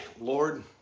Lord